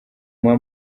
muha